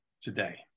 today